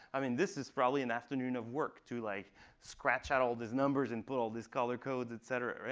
i mean, this is probably an afternoon of work to like scratch out all these numbers and put all these color codes, et cetera.